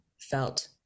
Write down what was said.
felt